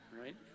right